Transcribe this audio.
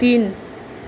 तिन